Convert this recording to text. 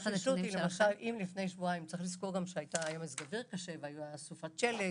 צריך גם לזכור שהיה מזג אוויר קשה וסופת שלג